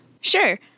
Sure